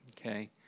okay